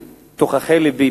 מתוככי לבי,